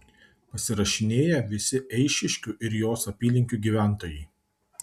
pasirašinėja visi eišiškių ir jos apylinkių gyventojai